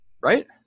right